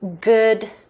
good